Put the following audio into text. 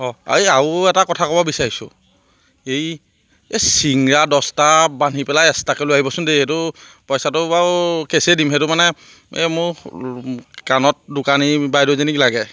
অঁ এই আৰু এটা কথা ক'ব বিচাৰিছোঁ এই এই চিংৰা দহটা বান্ধি পেলাই এক্সট্ৰাকৈ লৈ আহিবচোন দেই সেইটো পইচাটো বাৰু কেছেই দিম সেইটো মানে এই মোৰ কাণত দোকানী বাইদেউজনীক লাগে